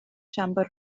siambr